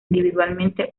individualmente